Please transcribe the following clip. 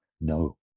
No